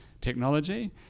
technology